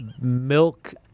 Milk